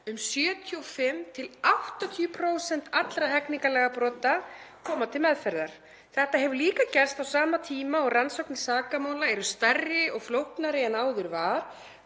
um 75–80% allra hegningarlagabrota koma til meðferðar. Þetta hefur líka gerst á sama tíma og rannsóknir sakamála eru stærri og flóknari en áður var